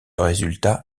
résultat